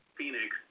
Phoenix